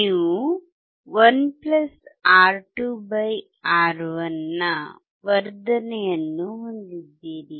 ನೀವು 1 R2 R1 ನ ವರ್ಧನೆಯನ್ನು ಹೊಂದಿದ್ದೀರಿ